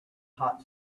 hot